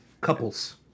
couples